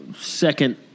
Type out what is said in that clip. second